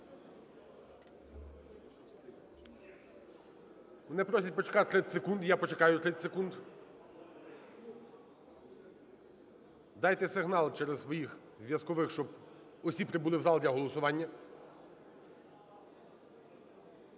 Мене просять почекати 30 секунд, і я почекаю 30 секунд. Дайте сигнал через своїх зв'язкових, щоб усі прибули в зал для голосування.